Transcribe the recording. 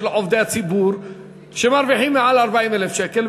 עובדי הציבור שמרוויחים מעל 40,000 שקל.